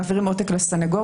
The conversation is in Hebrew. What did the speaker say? מעבירים עותק לסניגור,